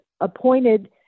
appointed